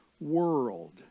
world